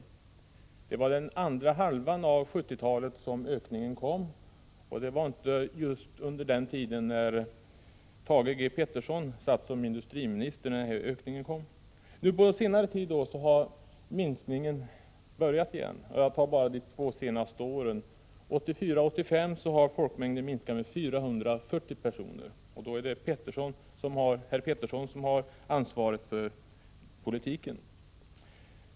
Det var under den andra halvan av 1970-talet och inte under den tid då Thage Peterson var På senare tid har minskningen börjat igen. Jag anger siffrorna bara för de två senaste åren. Under perioden 1984-1985 har folkmängden minskat med 440 personer. Under den tiden är det herr Peterson som har varit ansvarig för politiken.